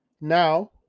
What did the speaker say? now